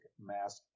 mask